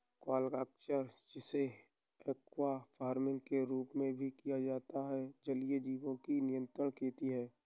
aquaculture, जिसे aqua farming के रूप में भी जाना जाता है, जलीय जीवों की नियंत्रित खेती है